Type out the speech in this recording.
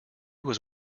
was